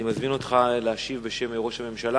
אני מזמין אותך להשיב בשם ראש הממשלה